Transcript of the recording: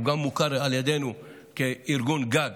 הוא גם מוכר על ידינו כארגון גג